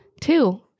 Two